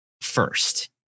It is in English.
first